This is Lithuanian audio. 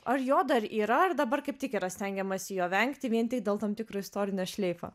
ar jo dar yra ar dabar kaip tik yra stengiamasi jo vengti vien tik dėl tam tikro istorinio šleifo